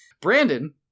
Brandon